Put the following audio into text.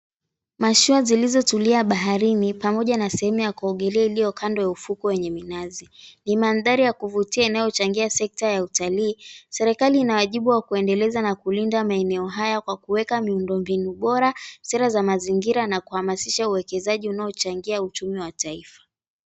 Mashua zilizotulia baharini pamoja na sehemu ya kuogelea ilio kando ya ufukwe wenye minazi. Ni mandhari ya kuvutia inayochangia sekta ya utalii. Serikali ina wajibu wa kuendeleza na kulinda maeneo haya kwa kuweka miundombinu bora, sera za mazingira na kuhamasisha uwekezaji unaochangia uchumi wa taifa.